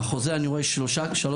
בחוזה אני רואה 3 קילומטר.